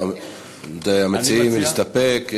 מציעים להסתפק?